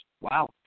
Wow